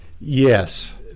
Yes